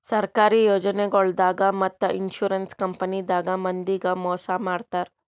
ಸರ್ಕಾರಿ ಯೋಜನಾಗೊಳ್ದಾಗ್ ಮತ್ತ್ ಇನ್ಶೂರೆನ್ಸ್ ಕಂಪನಿದಾಗ್ ಮಂದಿಗ್ ಮೋಸ್ ಮಾಡ್ತರ್